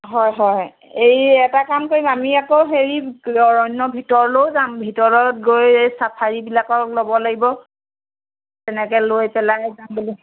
হয় হয় এই এটা কাম কৰিম আমি আকৌ হেৰি অন্য ভিতৰলৈও যাম ভিতৰত গৈ চাফাৰীবিলাকক ল'ব লাগিব তেনেকৈ লৈ পেলাই যাম বুলি